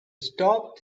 stop